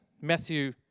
Matthew